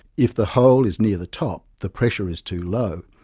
if the hole is near the top the pressure is too low,